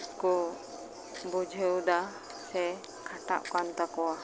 ᱠᱚ ᱵᱩᱡᱷᱟᱹᱣ ᱫᱟ ᱥᱮ ᱠᱷᱟᱴᱟᱜ ᱠᱟᱱ ᱛᱟᱠᱚᱣᱟ